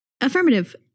Affirmative